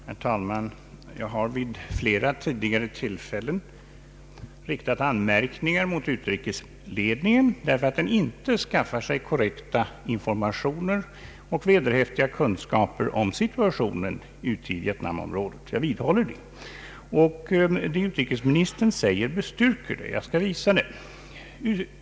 Herr talman! Jag har vid flera tidigare tillfällen riktat anmärkningar mot utrikesledningen för att den inte skaffar sig korrekta informationer och vederhäftiga kunskaper om situationen i Vietnamområdet. Jag vidhåller detta, och det som utrikesministern säger bestyrker min uppfattning. Jag skall visa det.